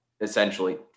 essentially